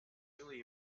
really